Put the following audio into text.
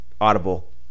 audible